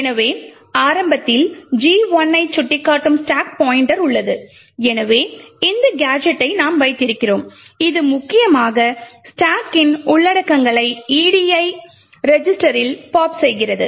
எனவே ஆரம்பத்தில் G 1 ஐ சுட்டிக்காட்டும் ஸ்டாக் பாய்ண்ட்டர் உள்ளது எனவே இந்த கேஜெட்டை நாம் வைத்திருக்கிறோம் இது முக்கியமாக ஸ்டாக்கின் உள்ளடக்கங்களை edi ரெஜிஸ்டரில் pop செய்கிறது